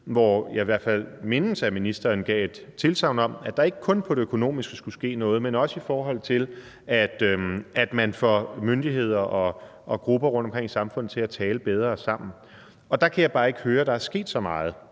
hvor jeg i hvert fald mindes, at ministeren gav et tilsagn om, at der ikke kun skulle ske noget på det økonomiske område, men også i forhold til, at man får myndigheder og grupper rundtomkring i samfundet til at tale bedre sammen. Der kan jeg bare ikke høre, at der er sket så meget,